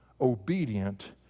obedient